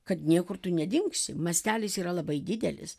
kad niekur tu nedingsi mastelis yra labai didelis